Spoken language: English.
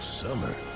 summer